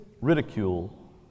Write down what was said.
ridicule